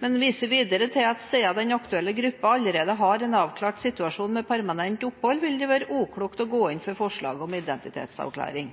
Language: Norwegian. men viser videre til at siden den aktuelle gruppen allerede har en avklart situasjon med permanent opphold, vil det være uklokt å gå inn for forslaget om identitetsavklaring.